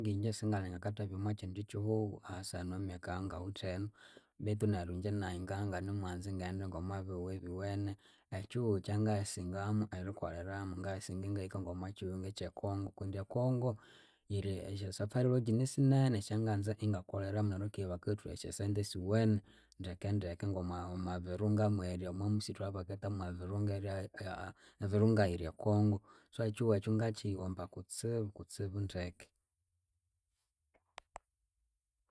Ngingye singali ngakathabya omwakyindi kyighughu ahasahenu emyaka eyangawithe enu betu neryu ingye nayi nganganemwanza ngaghenda ngomwabihughu ebyuwene. Ekyihughu ekyangasingamu erikoleramu, ngayisinga inga kolera ngomwakyihughu ekye Kongo kundi e Kongo yiri esya safari sinene esyanganza ingakoleramu neryu ki bakathuha esyasente siwene ndeke ndeke. Ngomwabirunga mwerya omwamusithu owabaketha mwabirunga erya ebirunga yiri ekongo so ekyihugho ekyo ngakyiyiwomba kutsibu, kutsibu ndeke.